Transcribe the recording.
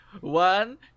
one